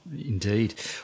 Indeed